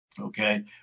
Okay